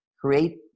create